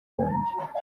wanjye